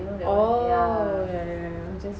oh yeah yeah yeah